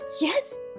Yes